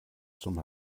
som